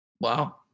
Wow